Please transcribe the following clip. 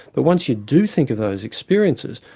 but once you do think of those experiences,